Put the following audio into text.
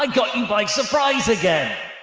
i caught you by surprise again.